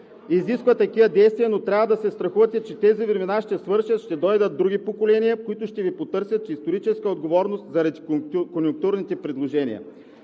изисква такива действия, но трябва да се страхувате, че тези времена ще свършат, ще дойдат други поколения, които ще Ви потърсят историческа отговорност заради конюнктурните предложения.